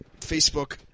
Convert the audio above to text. Facebook